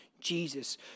Jesus